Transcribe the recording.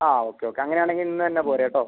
ആ okay okay അങ്ങനെ ആണെങ്കിൽ ഇന്നന്നെ പോര് കേട്ടോ